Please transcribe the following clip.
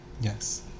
Yes